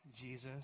Jesus